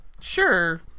sure